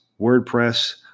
WordPress